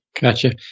Gotcha